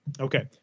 Okay